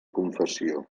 confessió